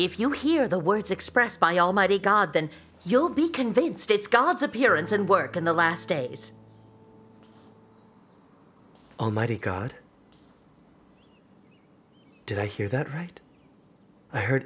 if you hear the words expressed by almighty god then you'll be conveyed states god's appearance and work in the last days almighty god did i hear that right i heard